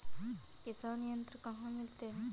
किसान यंत्र कहाँ मिलते हैं?